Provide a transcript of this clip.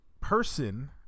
person